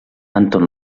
anton